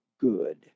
good